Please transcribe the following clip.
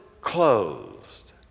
closed